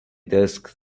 desk